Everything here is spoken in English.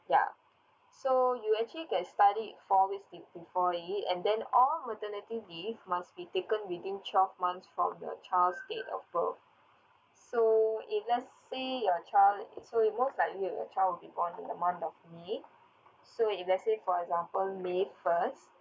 ya so you actually get start it four weeks be~ before it and then all maternity leave must be taken within twelve months from the child's date of birth so if let's say your child so it most likely y~ your child will be born in the month of may so if let's say for example may first